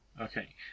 Okay